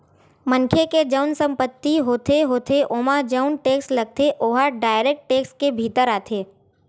मनखे के जउन संपत्ति होथे होथे ओमा जउन टेक्स लगथे ओहा डायरेक्ट टेक्स के भीतर आथे